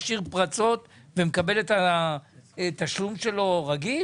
משאיר פרצות ומקבל את התשלום שלו רגיל?